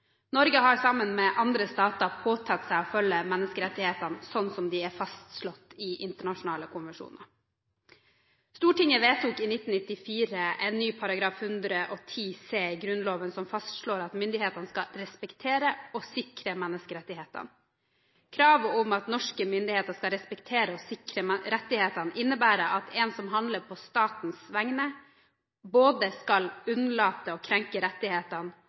Norge har sammen med andre stater påtatt seg å følge menneskerettighetene slik som de er fastslått i internasjonale konvensjoner. Stortinget vedtok i 1994 en ny § 110 c i Grunnloven som fastslår at myndighetene skal respektere og sikre menneskerettighetene. Kravet om at norske myndigheter skal «respektere og sikre» rettighetene innebærer at en som handler på statens vegne, både skal unnlate å krenke rettighetene